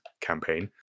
campaign